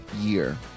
year